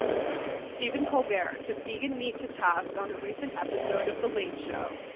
stephen colbert took vegan meat to task on a recent episode of the late show.